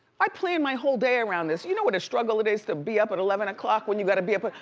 i planned my whole day around this. you know what a struggle it is to be up at eleven o'clock when you gotta be up? ah